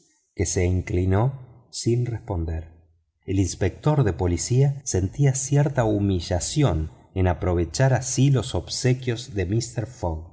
que se inclinó sin responder el inspector de policía sentía cierta humillación en aprovechar así los obsequios de mister